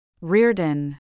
Reardon